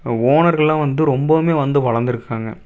ஓனர்கள்லாம் வந்து ரொம்பவும் வந்து வளர்ந்துருக்காங்க